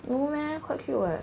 no meh quite cute [what]